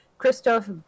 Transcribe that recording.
Christoph